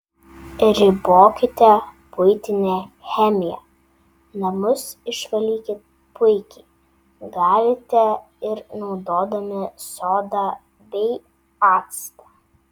ribokite buitinę chemiją namus išvalyti puikiai galite ir naudodami sodą bei actą